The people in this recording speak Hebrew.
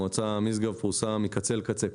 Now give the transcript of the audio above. מועצה משגב פרוסה מקצה אל קצה.